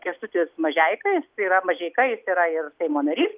kęstutis mažeika jis yra mažeika jis yra ir seimo narys